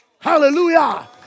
hallelujah